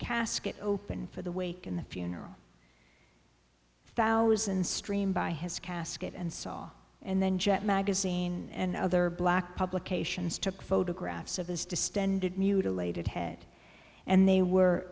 casket opened for the wake in the funeral thousands stream by his casket and saw and then jet magazine and other black publications took photographs of his distended mutilated head and they were